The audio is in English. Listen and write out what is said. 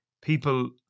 people